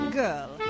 girl